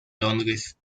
londres